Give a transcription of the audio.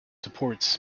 supports